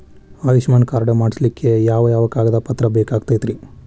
Ayushman card ಮಾಡ್ಸ್ಲಿಕ್ಕೆ ಯಾವ ಯಾವ ಕಾಗದ ಪತ್ರ ಬೇಕಾಗತೈತ್ರಿ?